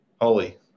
holy